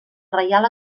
reial